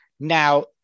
Now